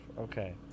Okay